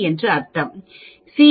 எனவே சி